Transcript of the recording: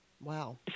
Wow